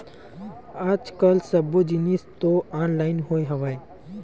आज कल सब्बो जिनिस तो ऑनलाइन होगे हवय